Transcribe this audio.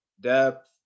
depth